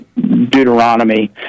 Deuteronomy